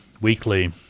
weekly